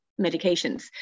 medications